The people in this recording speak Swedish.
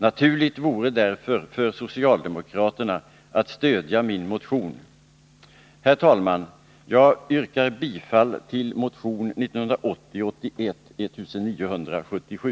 Naturligt vore därför för socialdemokraterna att stödja min motion. Herr talman! Jag yrkar bifall till motion 1980/81:1977.